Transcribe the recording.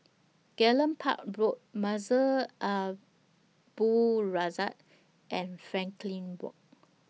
Gallop Park Road Masjid Al Abdul Razak and Frankel Walk